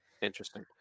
interesting